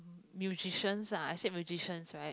musicians ah I said musicians right